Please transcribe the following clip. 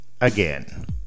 again